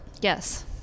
yes